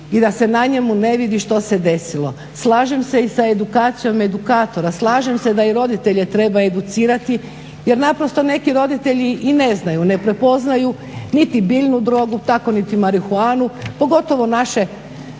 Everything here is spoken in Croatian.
i da se na njemu ne vidi što se desilo? Slažem se i s edukacijom edukatora, slažem se da i roditelje treba educirati jer naprosto neki roditelji i ne znaju, ne prepoznaju niti biljnu drogu, tako niti marihuanu, pogotovo naše